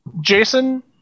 Jason